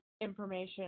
information